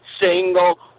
single